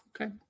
Okay